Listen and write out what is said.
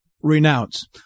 renounce